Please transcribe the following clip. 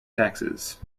taxes